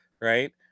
Right